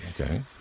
Okay